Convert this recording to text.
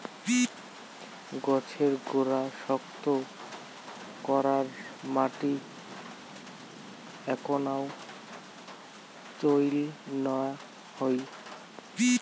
গছের গোড়া শক্ত করার মাটি এ্যাকনাও চইল না হই